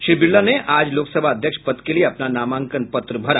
श्री बिरला ने आज लोकसभा अध्यक्ष पद के लिए अपना नामांकन पत्र भरा